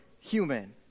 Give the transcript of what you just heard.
human